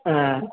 হ্যাঁ